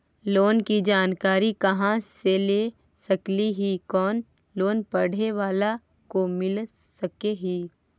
Loan की जानकारी कहा से ले सकली ही, कोन लोन पढ़े बाला को मिल सके ही?